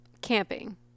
camping